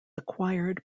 acquired